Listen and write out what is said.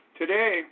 today